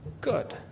Good